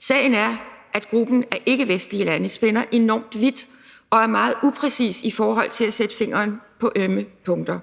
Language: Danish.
Sagen er, at gruppen af ikkevestlige lande spænder enormt vidt og er meget upræcis i forhold til at sætte fingeren på ømme punkter,